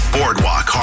BoardWalk